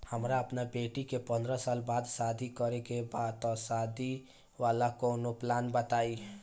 हमरा अपना बेटी के पंद्रह साल बाद शादी करे के बा त शादी वाला कऊनो प्लान बताई?